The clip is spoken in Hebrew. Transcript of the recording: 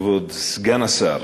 כבוד סגן השר,